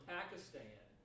Pakistan